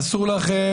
אסור לכם